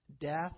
death